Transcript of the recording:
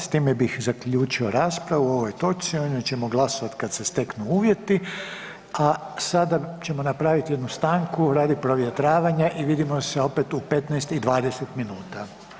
S time bih zaključio raspravu o ovoj točci, o njoj ćemo glasovati kad se steknu uvjeti, a sada ćemo napraviti jednu stanku radi provjetravanja i vidimo se opet u 15 i 20 minuta.